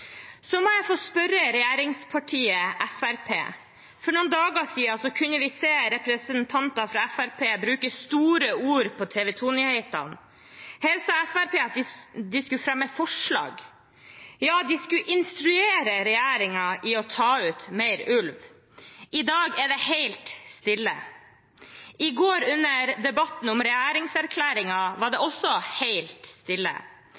må få spørre regjeringspartiet Fremskrittspartiet om noe. For noen dager siden kunne vi se representanter fra Fremskrittspartiet bruke store ord på TV 2-nyhetene. Her sa Fremskrittspartiet at de skulle fremme forslag. Ja, de skulle instruere regjeringen om å ta ut mer ulv. I dag er det helt stille. I går, under debatten om regjeringserklæringen, var det også helt stille.